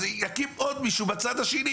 אז יקים עוד מישהו בצד השני.